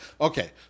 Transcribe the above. Okay